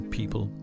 People